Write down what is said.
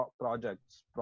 projects